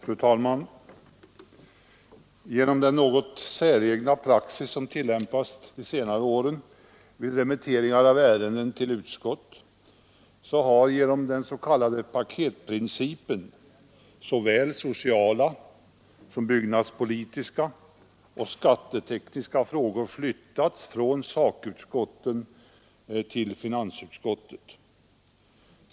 Fru talman! På grund av den något säregna praxis som tillämpats de senare åren vid remittering av ärenden till utskott har genom den s.k. paketprincipen såväl sociala som byggnadspolitiska och skattetekniska frågor flyttats från sakutskotten till finansutskottet.